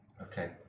okay